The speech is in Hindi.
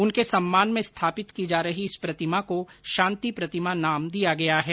उनके सम्मान में स्थापित की जा रही इस प्रतिमा को शांति प्रतिमा नाम दिया गया है